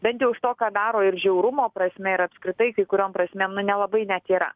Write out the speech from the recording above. bent jau iš to ką daro ir žiaurumo prasme ir apskritai kai kuriom prasmėm nu nelabai net yra